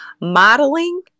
modeling